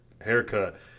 haircut